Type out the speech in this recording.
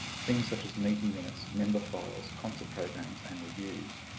things such as meeting minutes, member files, concert programs and reviews.